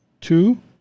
two